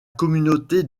communauté